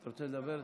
אתה רוצה לדבר?